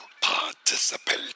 participate